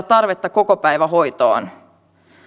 tarvetta kokopäivähoitoon